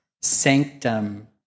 sanctum